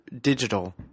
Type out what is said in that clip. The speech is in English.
digital